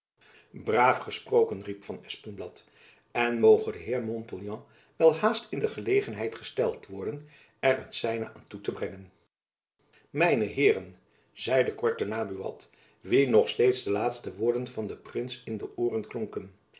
braaf gesproken riep van espenblad en moge de heer de montpouillan welhaast in de gelegenheid gesteld worden er het zijne aan toe te brengen mijne heeren zeide kort daarna buat wien nog steeds de laatste woorden van den prins jacob van lennep elizabeth musch in de ooren klonken